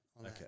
Okay